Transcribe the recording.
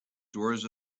doors